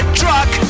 truck